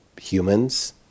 Humans